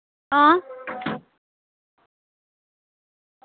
आं